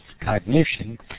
cognition